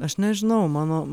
aš nežinau mano